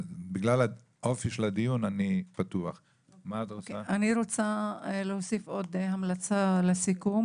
אני רוצה להוסיף עוד המלצה לסיכום,